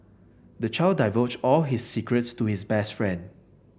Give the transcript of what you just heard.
the child divulged all his secrets to his best friend